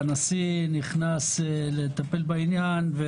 הנשיא נכנס לטפל בעניין.